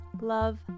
love